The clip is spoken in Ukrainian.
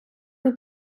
мій